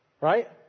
right